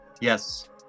yes